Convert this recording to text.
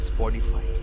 Spotify